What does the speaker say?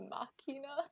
Machina